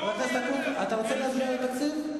אתה רוצה להצביע על התקציב?